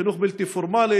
חינוך בלתי פורמלי,